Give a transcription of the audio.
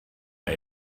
but